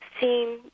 seen